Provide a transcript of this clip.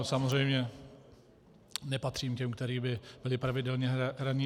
Samozřejmě nepatřím k těm, kteří by byli pravidelně hraní.